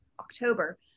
October